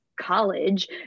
college